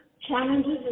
challenges